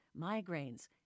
migraines